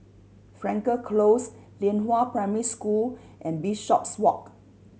Frankel Close Lianhua Primary School and Bishopswalk